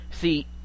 See